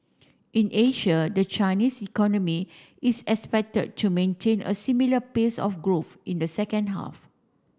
in Asia the Chinese economy is expected to maintain a similar pace of growth in the second half